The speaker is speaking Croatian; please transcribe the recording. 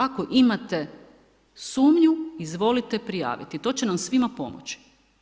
Ako imate sumnju, izvolite prijaviti, to će nam svima pomoći.